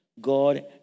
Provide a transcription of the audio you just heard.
God